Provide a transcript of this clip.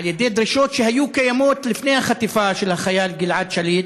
של דרישות שהיו קיימות לפני החטיפה של החייל גלעד שליט,